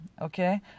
Okay